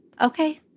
okay